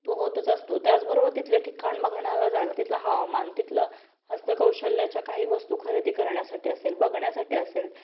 तो होतच असतो त्याचबरोबर तिथलं ठिकाण बघण्याला जायला तिथलं हवामान तिथलं हस्तकौशल्याच्या काही वस्तू खरेदी करण्यासाठी असेल बघण्यासाठी असेल